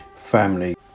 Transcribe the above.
family